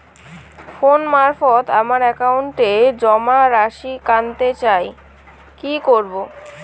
Phone মারফত আমার একাউন্টে জমা রাশি কান্তে চাই কি করবো?